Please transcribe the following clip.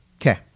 Okay